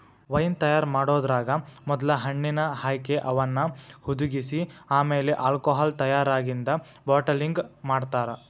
wine ತಯಾರ್ ಮಾಡೋದ್ರಾಗ ಮೊದ್ಲ ಹಣ್ಣಿನ ಆಯ್ಕೆ, ಅವನ್ನ ಹುದಿಗಿಸಿ ಆಮೇಲೆ ಆಲ್ಕೋಹಾಲ್ ತಯಾರಾಗಿಂದ ಬಾಟಲಿಂಗ್ ಮಾಡ್ತಾರ